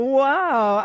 wow